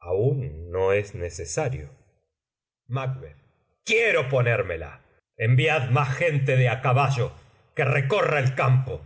aún no es necesario quiero ponérmela enviad más gente de á caballo que recorra el campo